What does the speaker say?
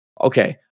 Okay